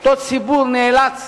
אותו ציבור נאלץ